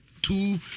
Two